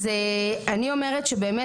אז אני אומרת שבאמת,